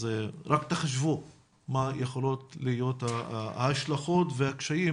רק תחשבו מה יכולות להיות ההשלכות והקשיים